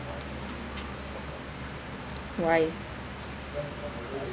right